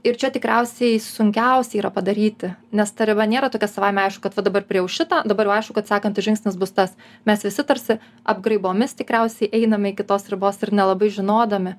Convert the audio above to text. ir čia tikriausiai sunkiausia yra padaryti nes ta riba nėra tokia savaime aišku kad va dabar priėjau šitą dabar jau aišku kad sekantis žingsnis bus tas mes visi tarsi apgraibomis tikriausiai einame iki tos ribos ir nelabai žinodami